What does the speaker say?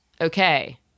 Okay